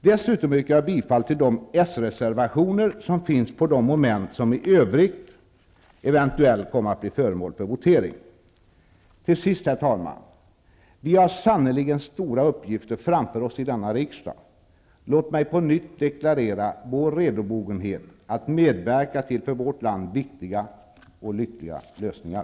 Dessutom yrkar jag bifall till de socialdemokratiska reservationer som finns under de moment som i övrigt eventuellt kommer att bli föremål för votering. Till sist, herr talman. Vi har sannerligen stora uppgifter framför oss i denna riksdag. Låt mig på nytt deklarera vår redobogenhet att medverka till för vårt land viktiga och lyckliga lösningar.